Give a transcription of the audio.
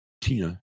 Tina